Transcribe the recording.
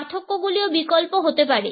পার্থক্যগুলিও বিকল্প হতে পারে